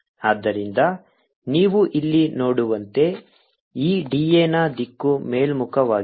ಆದ್ದರಿಂದ ನೀವು ಇಲ್ಲಿ ನೋಡುವಂತೆ ಈ da ನ ದಿಕ್ಕು ಮೇಲ್ಮುಖವಾಗಿದೆ